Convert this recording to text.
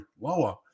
lower